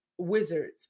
wizards